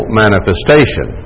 manifestation